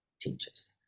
teachers